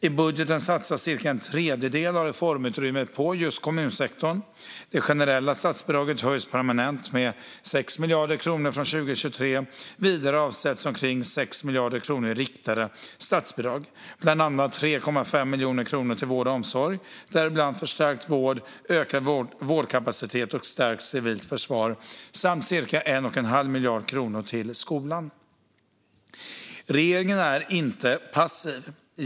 I budgeten satsas cirka en tredjedel av reformutrymmet på kommunsektorn. Det generella statsbidraget höjs permanent med 6 miljarder kronor från 2023. Vidare avsätts omkring 6 miljarder kronor i riktade statsbidrag, bland annat 3,5 miljarder kronor till vård och omsorg, däribland förstärkt vård och ökad vårdkapacitet, och till stärkt civilt försvar samt cirka 1,5 miljarder kronor till skolan. Regeringen är inte passiv.